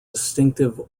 distinctive